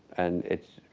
and it,